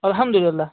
الحمدُاللہ